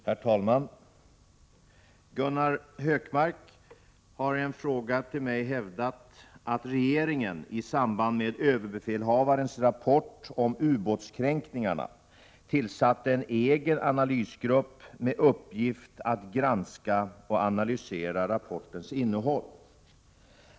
Herr talman! Gunnar Hökmark har i en fråga till mig hävdat att regeringen i samband med överbefälhavarens rapport om ubåtskränkningarna tillsatte en egen analysgrupp med uppgift att granska och analysera rapportens innehåll.